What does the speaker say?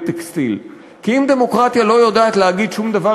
טקסטיל?" כי אם דמוקרטיה לא יודעת להגיד שום דבר